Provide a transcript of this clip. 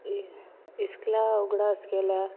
इस्कोला उगडास केल्यार